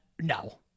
No